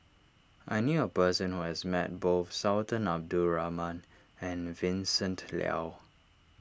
I knew a person who has met both Sultan Abdul Rahman and Vincent Leow